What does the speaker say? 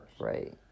Right